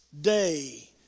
day